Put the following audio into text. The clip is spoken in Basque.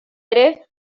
ere